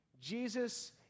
Jesus